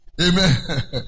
Amen